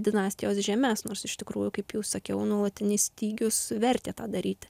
dinastijos žemes nors iš tikrųjų kaip jau sakiau nuolatinis stygius vertė tą daryti